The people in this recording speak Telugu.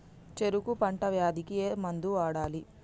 చెరుకు పంట వ్యాధి కి ఏ మందు వాడాలి?